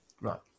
Right